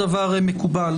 מקובל.